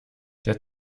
der